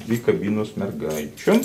dvi kabinos mergaičių